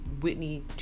Whitney